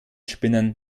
spinnern